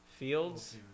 fields